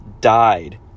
died